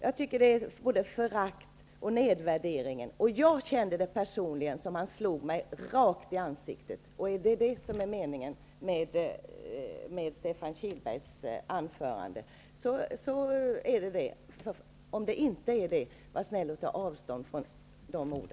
Det är både förakt och nedvärdering. Jag kände det personligen som om han slog mig rakt i ansiktet. Är det detta som var meningen med Stefan Kihlbergs anförande, har han lyckats. Om det inte var meningen, var då snäll och ta avstånd från dessa ord.